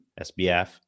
SBF